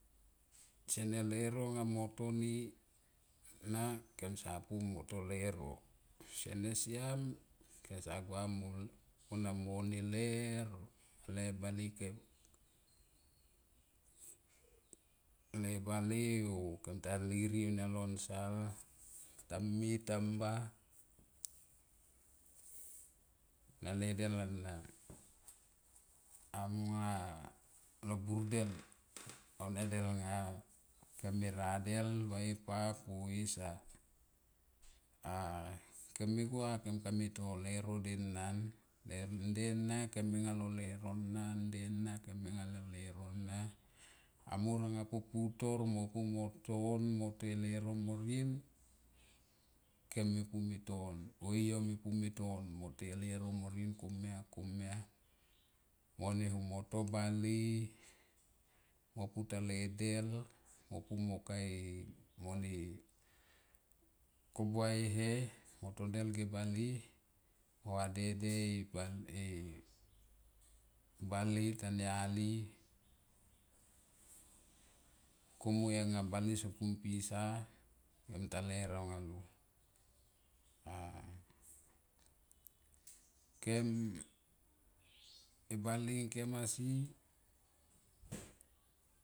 Sene leuro nga mo toni na kem da pu mo to leuro sona siam kesa gau kona mo ne ler o te bale ngkem, le bale o kem ta nrei ounia ie sal tame tamba, anga le del ana anga lo burdel aunga del nga kem me radel va e pap o esa a kem me gua kem kame ta leuro denan le de na kem enga lo leuro na nde na kem enga lo leuro na amo po putor nde na kem enga lo leuro na amo po putor mo pu mo ton mo to leuro morien kem me pu mo ton yo me pu mo ton mo leuro morien komia komia mo ne ho mo to bale mo putale del mo pu mo kae mo ne kobua e he motodel ga bale mo vadede e bale tania li kumui anga bale som pu pisa kem taler au nga lon a kem e bale ngkem asi.